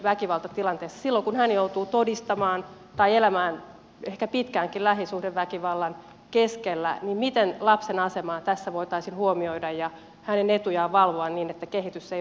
silloin kun hän joutuu todistamaan tai elämään ehkä pitkäänkin lähisuhdeväkivallan keskellä niin miten lapsen asemaa tässä voitaisiin huomioida ja hänen etujaan valvoa niin että kehitys ei vaarantuisi